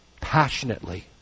passionately